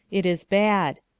it is bad.